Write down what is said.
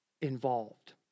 involved